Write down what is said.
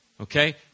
Okay